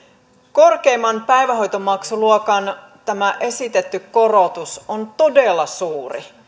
korkeimman päivähoitomaksuluokan esitetty korotus on todella suuri